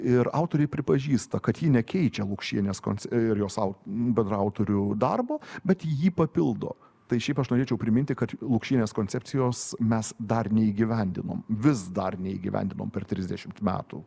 ir autoriai pripažįsta kad ji nekeičia lukšienės kons ir jos au bendraautorių darbo bet jį papildo tai šiaip aš norėčiau priminti kad lukšienės koncepcijos mes dar neįgyvendinom vis dar neįgyvendinom per trisdešimt metų